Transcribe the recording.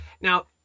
Now